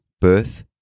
birth